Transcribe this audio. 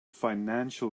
financial